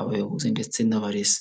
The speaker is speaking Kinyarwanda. abayobozi ndetse n'abarezi.